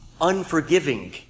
unforgiving